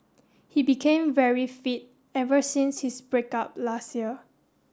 he became very fit ever since his break up last year